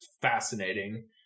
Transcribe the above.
fascinating